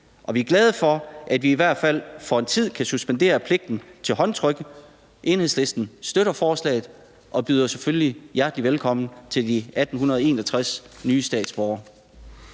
og vi er glade for, at vi i hvert fald for en tid kan suspendere pligten til håndtryk. Enhedslisten støtter forslaget og byder selvfølgelig hjertelig velkommen til de 1.861 nye statsborgere.